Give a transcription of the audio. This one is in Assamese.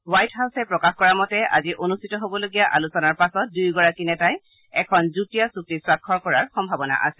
হোৱাইট হাউছে প্ৰকাশ কৰা মতে আজি অনুঠিত হবলগীয়া আলোচনাৰ পাছত দুয়োগৰাকী নেতাই এখন যুটীয়া চুক্তিত স্বাক্ষৰ কৰাৰ সম্ভাৱনা আছে